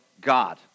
God